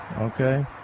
okay